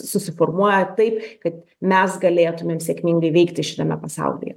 susiformuoja taip kad mes galėtumėm sėkmingai veikti šitame pasaulyje